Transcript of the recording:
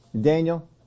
Daniel